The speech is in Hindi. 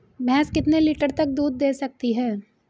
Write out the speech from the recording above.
भैंस कितने लीटर तक दूध दे सकती है?